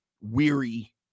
weary